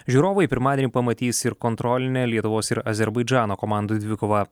žiūrovai pirmadienį pamatys ir kontrolinę lietuvos ir azerbaidžano komandų dvikovą